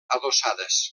adossades